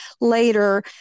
later